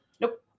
Nope